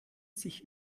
sich